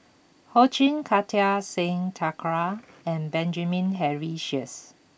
Ho Ching Kartar Singh Thakral and Benjamin Henry Sheares